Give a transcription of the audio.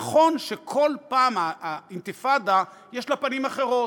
נכון שכל פעם האינתיפאדה, יש לה פנים אחרות.